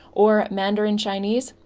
or mandarin chinese,